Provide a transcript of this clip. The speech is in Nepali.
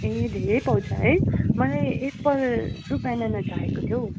ए धेरै पाउँछ है मलाई एप्पल र ब्यानाना चाहिएको थियो हौ